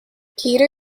peter